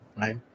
right